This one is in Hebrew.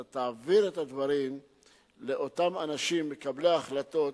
אתה תעביר את הדברים לאותם אנשים מקבלי החלטות.